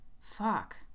Fuck